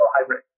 hybrid